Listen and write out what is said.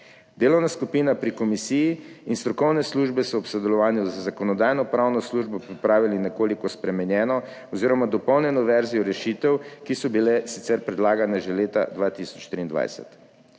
Delovna skupina pri komisiji in strokovne službe so v sodelovanju z Zakonodajno-pravno službo pripravili nekoliko spremenjeno oziroma dopolnjeno verzijo rešitev, ki so bile sicer predlagane že leta 2023.